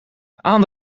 aan